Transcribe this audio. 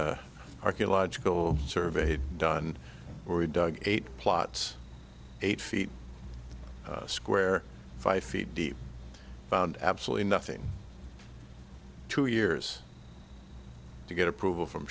had archeological surveyed done where we dug eight plots eight feet square five feet deep found absolutely nothing two years to get approval from